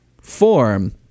form